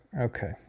okay